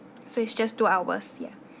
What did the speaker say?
so it's just two hours ya